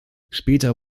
später